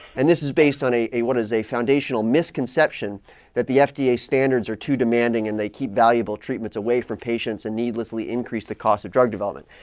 and this is based on a a what is a foundational misconception that the fda standards are too demanding and they keep valuable treatments away from patients and needlessly increase the cost of drug development.